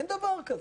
אין דבר כזה.